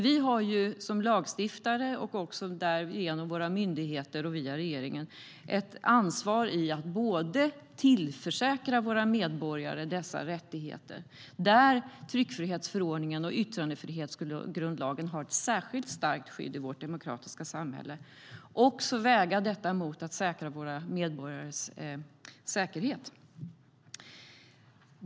Vi har som lagstiftare, därigenom också våra myndigheter, och via regeringen ett ansvar att tillförsäkra våra medborgare dessa rättigheter, där tryckfrihetsförordningen och yttrandefrihetsgrundlagen har ett särskilt starkt skydd i vårt demokratiska samhälle. Vi ska också väga detta mot att vi ska säkra våra medborgares säkerhet.